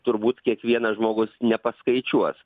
turbūt kiekvienas žmogus nepaskaičiuos